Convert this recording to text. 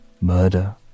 Murder